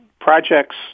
projects